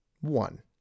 One